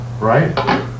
right